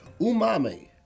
Umami